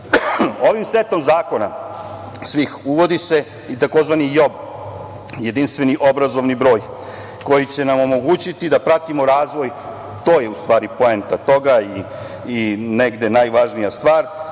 setom svih zakona uvodi se i takozvani JOB, odnosno jedinstveni obrazovani broj, koji će nam omogućiti da pratimo razvoj, to je u stvari poenta toga i negde najvažnija stvar,